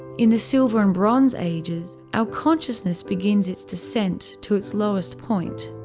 in the silver and bronze ages, our consciousness begins its descend to its lowest point,